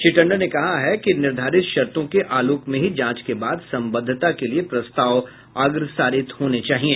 श्री टंडन ने कहा है कि निर्धारित शर्तों के आलोक में ही जांच के बाद संबद्वता के लिए प्रस्ताव अग्रसारित होने चाहिए